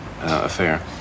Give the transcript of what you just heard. affair